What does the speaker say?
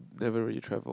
never really traveled